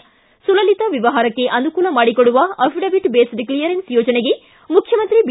ಿ ಸುಲಲಿತ ವ್ಯವಹಾರಕ್ಕೆ ಅನುಕೂಲ ಮಾಡಿಕೊಡುವ ಅಫಿಡವಿಟ್ ಬೇಸ್ಡ್ ಕ್ಲಿಯೆರೆನ್ಸ್ ಯೋಜನೆಗೆ ಮುಖ್ಯಮಂತ್ರಿ ಬಿ